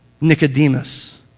Nicodemus